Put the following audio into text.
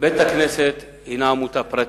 בית-הכנסת בלוד,